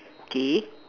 okay